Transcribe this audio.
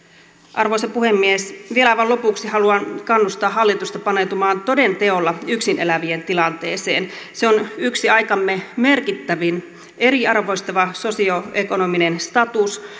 arvoisa puhemies vielä aivan lopuksi haluan kannustaa hallitusta paneutumaan toden teolla yksin elävien tilanteeseen se on yksi aikamme merkittävimmistä eriarvoistavista sosioekonomisista statuksista